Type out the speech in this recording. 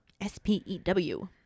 S-P-E-W